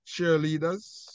cheerleaders